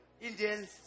Indians